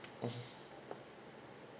mmhmm